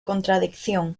contradicción